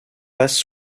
passe